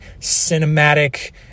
cinematic